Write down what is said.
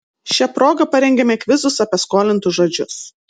šia proga parengėme kvizus apie skolintus žodžius